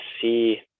see